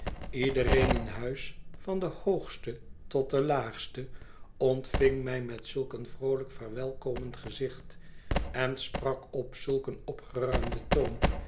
iedereen in huis van den hoogsten tot den laagsten ontving mij met zulk een vroolijk verwelkomend gezicht en sprak op zulk een opgeruimden toon